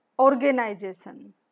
organization